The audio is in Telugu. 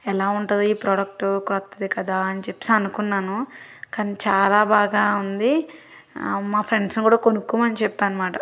ఎలా ఉంటుందో ఈ ప్రొడక్టు కొత్తది కదా అని చెప్పేసి అనుకున్నాను కానీ చాలా బాగా ఉంది మా ఫ్రెండ్స్ని కూడా కొనుక్కోమని చెప్పాను మాట